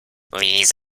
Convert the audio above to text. these